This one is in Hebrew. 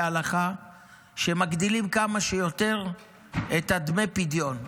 הלכה שמגדילים כמה שיותר את דמי הפדיון,